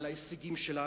על ההישגים שלה,